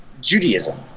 Judaism